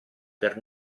per